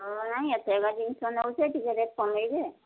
ନାଇଁ ଏତେଗା ଜିନିଷ ନେଉଛେ ଟିକିଏ ରେଟ୍ କମେଇବେ